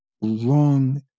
long